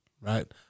right